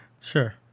Sure